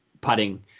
putting